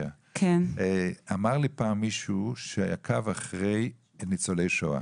אמר לי פעם מישהו שעקב אחרי ניצולי שואה,